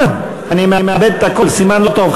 אני מאבד את הקול, סימן לא טוב.